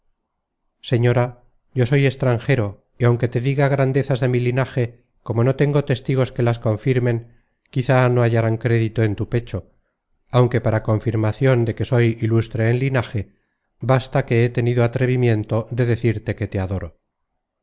señora yo soy extranjero y aunque te diga grandezas de mi linaje como no tengo testigos que las confirmen quizá no hallarán crédito en tu pecho aunque para confir macion de que soy ilustre en linaje basta que he tenido atrevimiento de decirte que te adoro